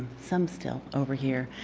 some still over here.